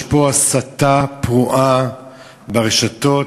יש פה הסתה פרועה ברשתות,